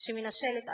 שמנשלת אדמות,